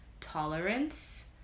tolerance